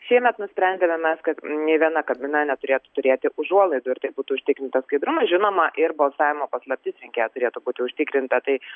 šiemet nusprendėme mes kad nė viena kabina neturėtų turėti užuolaidų ir taip būtų užtikrintas skaidrumas žinoma ir balsavimo paslaptis rinkėjo turėtų būti užtikrinta tai